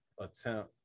attempt